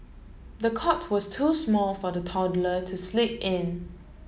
the cot was too small for the toddler to sleep in